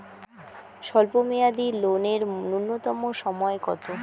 স্বল্প মেয়াদী লোন এর নূন্যতম সময় কতো?